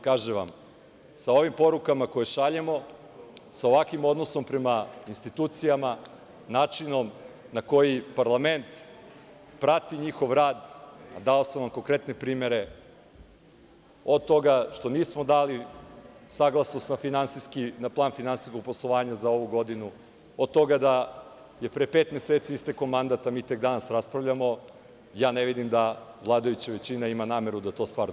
Kažem vam, sa ovim porukama koje šaljemo, sa ovakvim odnosom prema institucijama, načinom na koji parlament prati njihov rad, a dao sam vam konkretne primere od toga što nismo dali saglasnost na plan finansijskog poslovanja za ovu godinu, od toga da je pre pet meseci istekao mandat, a mi tek danas raspravljamo, ja ne vidim da vladajuća većina ima nameru da to stvarno i promeni.